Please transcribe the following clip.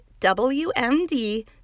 WMD